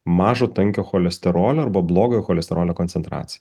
mažo tankio cholesterolio arba blogojo cholesterolio koncentraciją